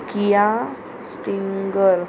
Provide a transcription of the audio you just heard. Kia stinger